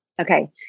Okay